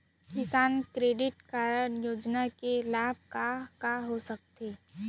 किसान credit card योजना के लाभ का का होथे?